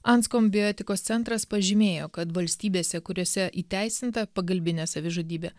anskom bioetikos centras pažymėjo kad valstybėse kuriose įteisinta pagalbinė savižudybė